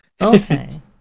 Okay